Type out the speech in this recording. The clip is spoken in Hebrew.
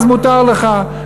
אז מותר לך.